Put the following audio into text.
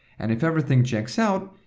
and if everything checks out,